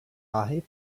záhy